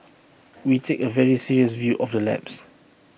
we take A very serious view of the lapse